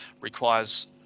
requires